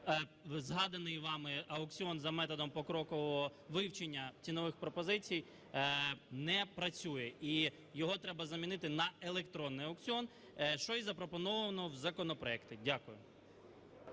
згаданий вами аукціон за методом покрокового вивчення цінових пропозицій не працює і його треба замінити на електронний аукціон, що і запропоновано в законопроекті. Дякую.